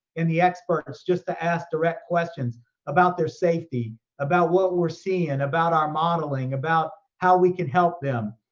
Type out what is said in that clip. and the experts just to ask direct questions about their safety, about what we're seeing, and about our modeling, about how we can help them.